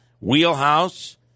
wheelhouse